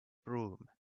broom